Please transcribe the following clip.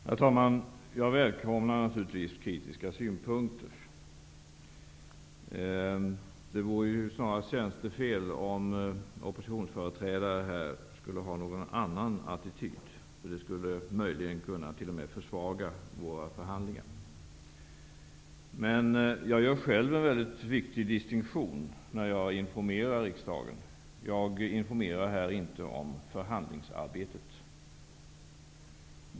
Herr talman! Jag välkomnar naturligtvis kritiska synpunkter. Det vore ju snarast tjänstefel om oppositionsföreträdare här skulle inta en annan attityd. Möjligen skulle det t.o.m. kunna innebära en försvagning i våra förhandlingar. Jag gör själv en väldigt viktig distinktion när jag informerar riksdagen. Jag informerar här nämligen inte om förhandlingsarbetet.